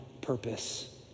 purpose